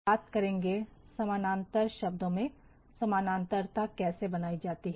अब हम बात करेंगे समांतर शब्दों में समांतरता कैसे बनाई जाती है